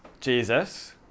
Jesus